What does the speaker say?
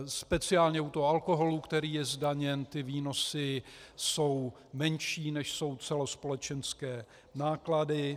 Speciálně u alkoholu, který je zdaněn, výnosy jsou menší, než jsou celospolečenské náklady.